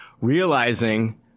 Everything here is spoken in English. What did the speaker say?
realizing